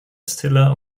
stiller